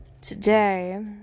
Today